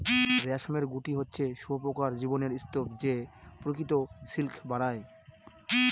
রেশমের গুটি হচ্ছে শুঁয়োপকার জীবনের স্তুপ যে প্রকৃত সিল্ক বানায়